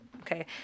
Okay